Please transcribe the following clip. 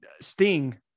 sting